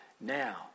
Now